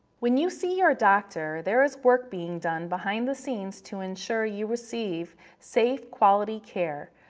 when you see your doctor, there is work being done behind the scenes to ensure you receive safe, quality care.